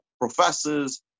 professors